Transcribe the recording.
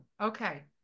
Okay